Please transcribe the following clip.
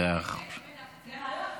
זה החוק, נראה לך?